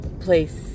place